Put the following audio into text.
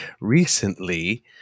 recently